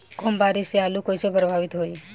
कम बारिस से आलू कइसे प्रभावित होयी?